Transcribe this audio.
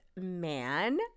man